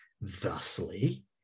thusly